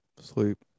Sleep